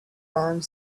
armed